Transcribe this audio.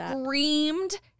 screamed